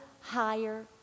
higher